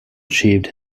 achieved